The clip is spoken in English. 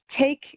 take